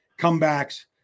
comebacks